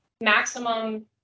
maximum